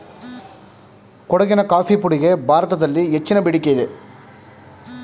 ಕೊಡಗಿನ ಕಾಫಿ ಪುಡಿಗೆ ಭಾರತದಲ್ಲಿದೆ ಹೆಚ್ಚಿನ ಬೇಡಿಕೆಯಿದೆ